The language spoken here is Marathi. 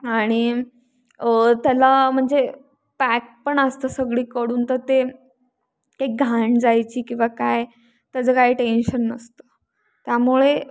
आणि त्याला म्हणजे पॅक पण असतं सगळीकडून तर ते काही घाण जायची किंवा काय त्याचं काही टेन्शन नसतं त्यामुळे